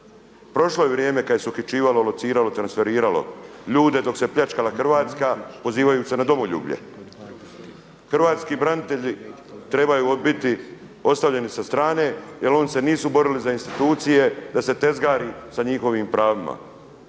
Prošlo je vrijeme kada se uhićivalo, lociralo, transferiralo ljude dok se pljačkala Hrvatska, pozivajući se na domoljublje. Hrvatski branitelji trebaju biti ostavljeni sa strane jer oni se nisu borili za institucije da se tezgari sa njihovim pravima.